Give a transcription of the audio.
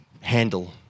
handle